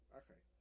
okay